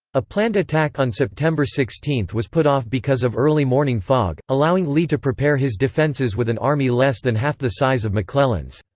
a planned attack on september sixteen was put off because of early morning fog, allowing lee to prepare his defenses with an army less than half the size of mcclellan's.